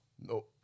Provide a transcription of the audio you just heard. No